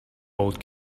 old